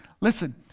Listen